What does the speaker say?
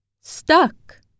Stuck